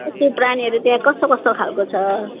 पशुप्राणीहरू त्यहाँ कस्तो कस्तो खालको छ